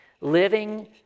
Living